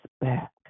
back